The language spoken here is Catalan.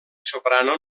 soprano